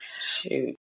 Shoot